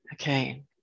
Okay